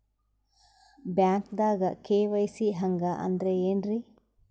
ಬ್ಯಾಂಕ್ದಾಗ ಕೆ.ವೈ.ಸಿ ಹಂಗ್ ಅಂದ್ರೆ ಏನ್ರೀ?